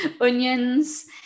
onions